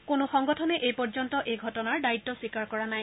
কোনো সংগঠনে এই পৰ্যন্ত এই ঘটনাৰ দায়িত্ব স্বীকাৰ কৰা নাই